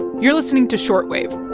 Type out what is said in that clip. you're listening to short wave.